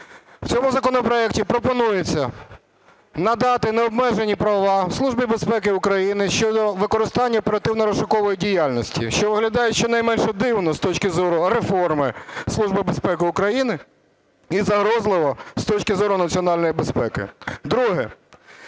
в цьому законопроекті пропонується надати необмежені права Службі безпеки України щодо використання оперативно-розшукової діяльності. Що виглядає щонайменше дивно з точки зору реформи Служби безпеки України і загрозливо з точки зору національної безпеки.